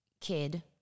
kid